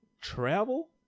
travel